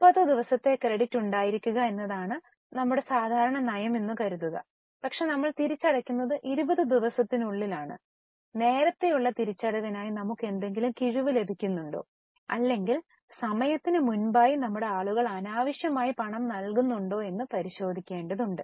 30 ദിവസത്തെ ക്രെഡിറ്റ് ഉണ്ടായിരിക്കുക എന്നതാണ് ഞങ്ങളുടെ സാധാരണ നയം എന്ന് കരുതുക പക്ഷേ നമ്മൾ തിരിച്ചടയ്ക്കുന്നത് 20 ദിവസത്തിനുള്ളിൽ മാത്രമാണ് നേരത്തെയുള്ള തിരിച്ചടവിനായി നമ്മൾക്കു എന്തെങ്കിലും കിഴിവ് ലഭിക്കുന്നുണ്ടോ അല്ലെങ്കിൽ സമയത്തിന് മുമ്പായി നമ്മുടെ ആളുകൾ അനാവശ്യമായി പണം നൽകുന്നുണ്ടോയെന്ന് പരിശോധിക്കേണ്ടതുണ്ട്